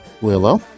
Willow